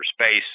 space